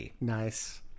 nice